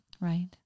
Right